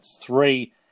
three